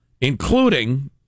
including